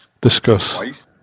Discuss